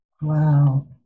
wow